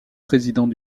président